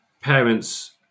parents